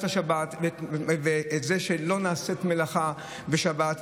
השבת ואת זה שלא נעשית מלאכה בשבת,